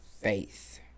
faith